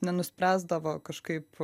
nenuspręsdavo kažkaip